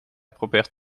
probeert